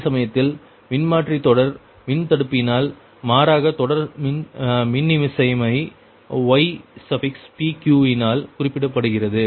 அந்த சமயத்தில் மின்மாற்றி தொடர் மின்தடுப்பினால் மாறாக தொடர் மின்னிசைமை ypq யினால் குறிப்பிடப்படுகிறது